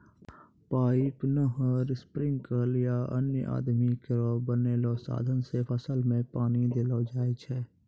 pipe, नहर, sprinkler या अन्य आदमी केरो बनैलो साधन सें फसल में पानी देलो जाय छै